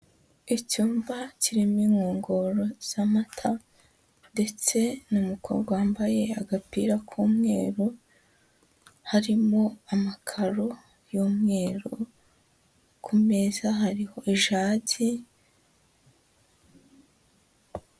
Icyumba kirimo inkongoro z'amata ndetse n'umukobwa wambaye agapira k'umweru, harimo amakaro y'umweru, ku meza hariho ijagi.